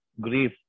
grief